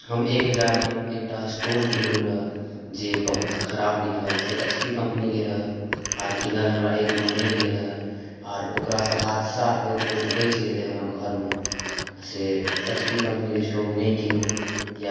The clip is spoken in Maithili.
हम एक हजार मे एकटा स्टोव किनलहुॅं रहऽ जे बहुत ख़राब निकलल से एच पी कंपनी के रहऽ आर किनल हमरा एक महिने भेल हऽ आर ओकरा सँ हादसा होइत होइत बचि गेलै हमर घर मे से एच पी कम्पनी के स्टोव नहि कीनू या